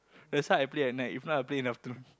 that's why I play at night if not I play in the afternoon